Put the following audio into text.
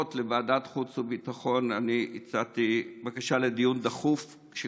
אני הגשתי בקשה לדיון דחוף בוועדת